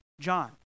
John